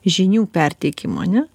žinių perteikimo ane